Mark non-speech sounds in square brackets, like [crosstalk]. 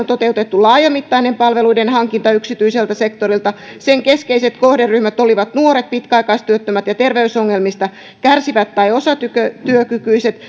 toteutettu laajamittainen palveluiden hankinta yksityiseltä sektorilta sen keskeiset kohderyhmät olivat nuoret pitkäaikaistyöttömät ja terveysongelmista kärsivät tai osatyökykyiset [unintelligible]